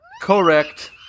Correct